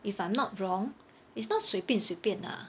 if I'm not wrong it's not 随便随便 lah